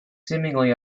seemingly